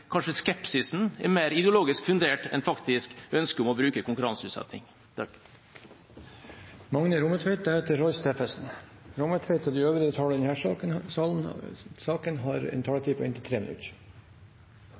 kanskje skepsisen er mer ideologisk fundert enn ønsket om faktisk å bruke konkurranseutsetting. De talere som heretter får ordet, har en